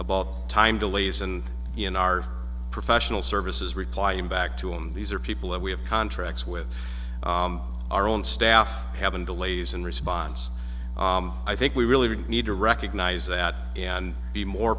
about time delays and in our professional services replying back to him these are people that we have contracts with our own staff have been delays in response i think we really need to recognize that and be more